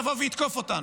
האויב יבוא ויתקוף אותנו.